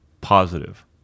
positive